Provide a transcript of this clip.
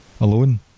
alone